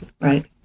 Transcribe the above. Right